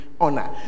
honor